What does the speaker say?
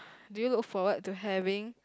do you look forward to having